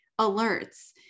alerts